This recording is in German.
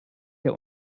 der